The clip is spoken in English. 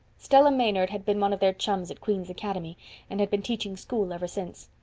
stella maynard had been one of their chums at queen's academy and had been teaching school ever since.